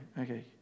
Okay